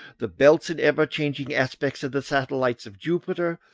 the belts and ever-changing aspects of the satellites of jupiter,